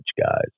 guys